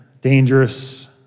dangerous